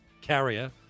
carrier